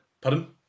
Pardon